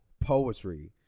Poetry